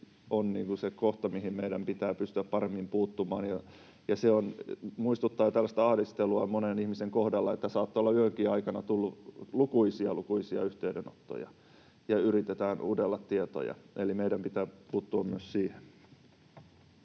on se kohta, mihin meidän pitää pystyä paremmin puuttumaan. Se muistuttaa tällaista ahdistelua monen ihmisen kohdalla: saattaa olla yönkin aikana tullut lukuisia, lukuisia yhteydenottoja, ja yritetään udella tietoja. Eli meidän pitää puuttua myös siihen.